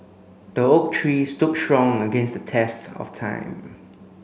the oak tree stood strong against the test of time